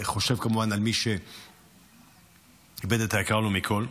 חושב כמובן על מי שאיבד את היקר לו מכול.